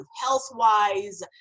health-wise